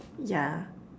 yeah